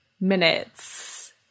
minutes